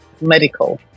medical